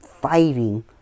fighting